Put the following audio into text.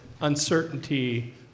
uncertainty